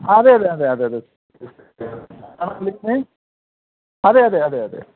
അതേ അതേ അതേ അതേ അതേ ആരാണ് വിളിക്കുന്നത് അതേ അതേ അതേ അതേ